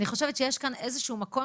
אני חושבת שיש כאן איזשהו מקום,